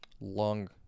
long